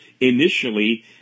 initially